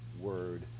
word